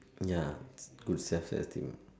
ya good self esteem